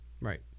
Right